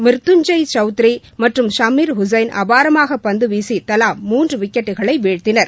மிருத்துஞ்ஜைய் சௌத்ரி மற்றும் சமீர் உஸைன் அபாரமாக பந்து வீசி தலா மூன்று விக்கெட்களை வீழ்த்தினர்